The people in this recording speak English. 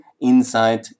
inside